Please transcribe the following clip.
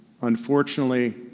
Unfortunately